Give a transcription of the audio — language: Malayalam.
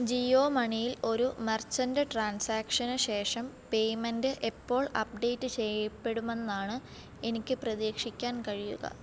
ജിയോ മണിയിൽ ഒരു മർച്ചൻറ്റ് ട്രാൻസാക്ഷന് ശേഷം പേയ്മെൻറ്റ് എപ്പോൾ അപ്ഡേറ്റ് ചെയ്യപ്പെടുമെന്നാണ് എനിക്ക് പ്രതീക്ഷിക്കാൻ കഴിയുക